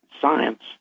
science